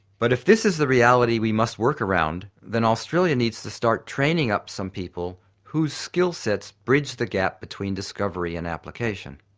but if this is the reality we must work around then australia needs to start training up some people whose skill sets bridge the gap between discovery and application.